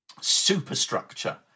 superstructure